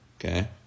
okay